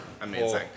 amazing